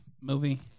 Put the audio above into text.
movie